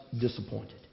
disappointed